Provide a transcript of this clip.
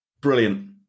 Brilliant